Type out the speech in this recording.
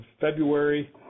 February